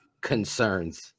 concerns